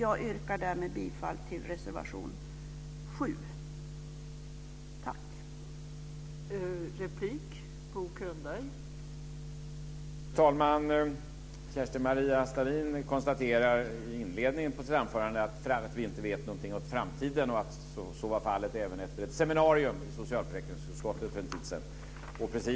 Jag yrkar bifall till reservation 7.